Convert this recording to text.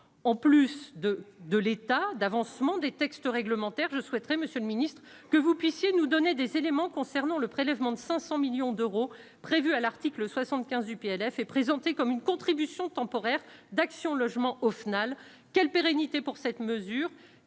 en plus de de l'état d'avancement des textes réglementaires je souhaiterais, Monsieur le Ministre, que vous puissiez nous donner des éléments concernant le prélèvement de 500 millions d'euros prévue à l'article 75 du PLF est présenté comme une contribution temporaire d'Action Logement au final quelle pérennité pour cette mesure